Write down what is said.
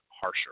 harsher